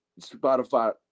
Spotify